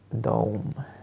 dome